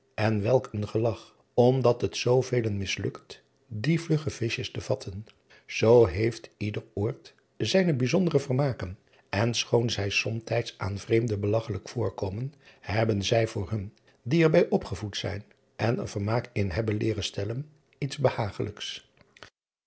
en welk een gelach omdat het zoovelen mislukt die vlugge vischjes te vatten oo heeft ieder oord zijne bijzondere vermaken en schoon zij somtijds aan vreemden belagchelijk voorkomen hebben zij voor hun die er bij opgevoed zijn en er vermaak in hebben leeren stellen iets